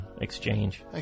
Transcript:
exchange